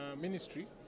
ministry